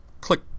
click